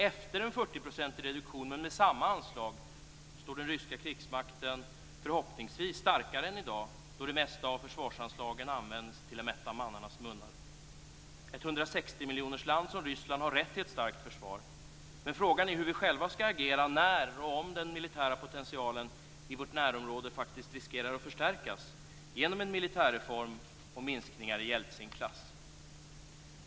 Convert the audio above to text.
Efter en 40-procentig reduktion men med samma anslag står den ryska krigsmakten förhoppningsvis starkare än i dag, då det mesta av försvarsanslagen används till att mätta mannarnas munnar. Ett 160-miljonersland som Ryssland har rätt till ett starkt försvar. Men frågan är hur vi själva skall agera när och om den militära potentialen i vårt närområde faktiskt riskerar att förstärkas genom en militärreform och minskningar i Jeltsin-klass.